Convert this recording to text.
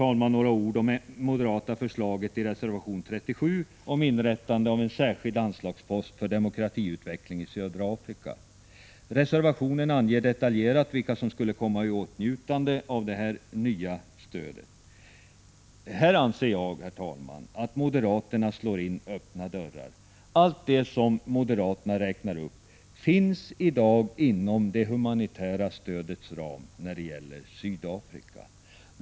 Till sist några ord om det moderata förslaget i reservation 37 om inrättande av en särskild anslagspost för demokratiutveckling i södra Afrika. I reservationen anges detaljerat vilka som skulle komma i åtnjutande av detta nya stöd. Jag anser att moderaterna slår in öppna dörrar. Allt det som moderaterna räknar upp finns i dag inom det humanitära stödets ram när det gäller Sydafrika.